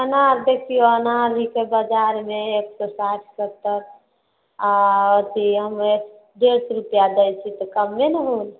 अनार देखिऔ अनार बिकै हय बजारमे एक सए साठि सत्तर आ अथी हम डेढ़ सए रुपआ दय छी तऽ कमे ने होले